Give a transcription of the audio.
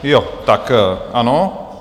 Jo, tak ano.